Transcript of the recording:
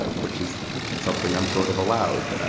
ah which is something i'm sort of allowed.